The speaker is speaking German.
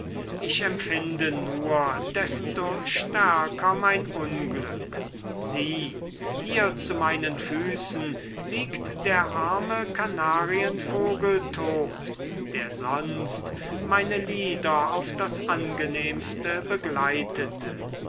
ich empfinde nur desto stärker mein unglück sieh hier zu meinen füßen liegt der arme kanarienvogel tot der sonst meine lieder auf das angenehmste begleitete